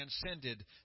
transcended